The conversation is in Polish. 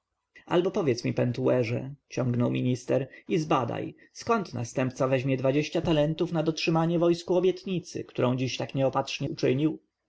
albo powiedz mi pentuerze ciągnął minister i zbadaj skąd następca weźmie dwadzieścia talentów na dotrzymanie wojsku obietnicy którą dziś tak nieopatrznie uczynił